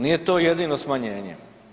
Nije to jedino smanjenje.